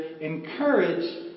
encourage